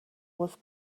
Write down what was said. was